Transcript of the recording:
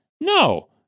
No